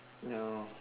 ya